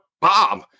Bob